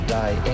die